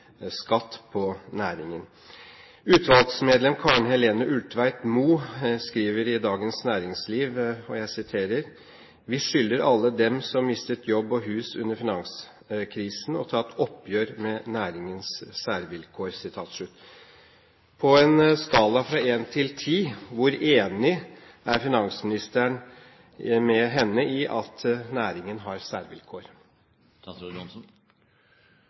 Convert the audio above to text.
skatt på næringen. Utvalgsmedlem Karen Helene Ulltveit-Moe skrev i Dagens Næringsliv: «Vi skylder alle dem som mistet jobb og hus under finanskrisen å ta et oppgjør med næringens særvilkår.» På en skala fra én til ti: Hvor enig er finansministeren med henne i at næringen har særvilkår?